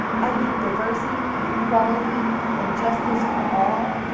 i think diversity and equality and justice for all,